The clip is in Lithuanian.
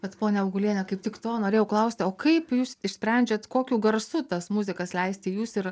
bet ponia auguliene kaip tik to norėjau klausti o kaip jūs išsprendžiat kokiu garsu tas muzikas leisti jūs ir